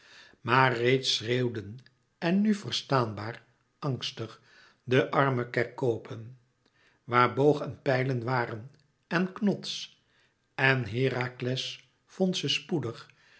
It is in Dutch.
maar reeds schreeuwden en nu verstaanbaar angstig de arme kerkopen waar boog en pijlen waren en knots en herakles vond ze spoedig